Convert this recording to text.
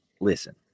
listen